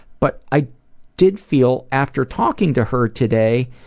but i did feel after talking to her today